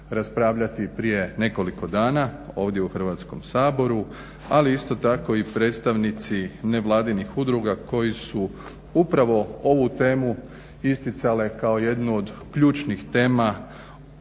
raspravljati prije nekoliko dana, ovdje u Hrvatskom saboru, ali isto tako i predstavnici nevladinih udruga koji su upravo ovu temu isticale kao jednu od ključnih tema